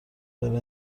برای